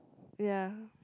ya